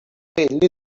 elli